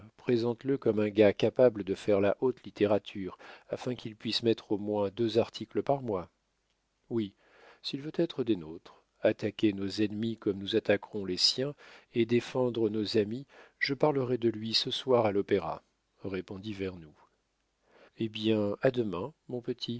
journal présente le comme un gars capable de faire la haute littérature afin qu'il puisse mettre au moins deux articles par mois oui s'il veut être des nôtres attaquer nos ennemis comme nous attaquerons les siens et défendre nos amis je parlerai de lui ce soir à l'opéra répondit vernou eh bien à demain mon petit